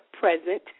present